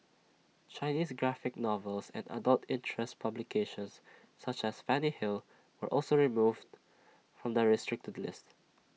Chinese graphic novels and adult interest publications such as Fanny hill were also removed from the restricted list